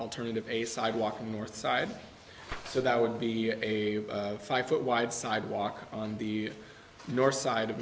alternative a sidewalk and north side so that would be a five foot wide sidewalk on the north side of